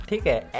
Okay